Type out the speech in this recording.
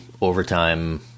overtime